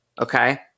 okay